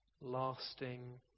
lasting